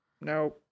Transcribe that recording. No